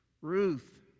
Ruth